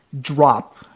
drop